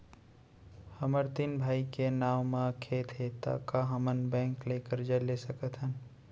हमर तीन भाई के नाव म खेत हे त का हमन बैंक ले करजा ले सकथन?